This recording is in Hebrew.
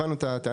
הבנו את הטענה.